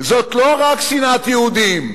זאת לא רק שנאת יהודים,